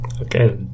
Okay